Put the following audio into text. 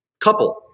couple